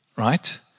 Right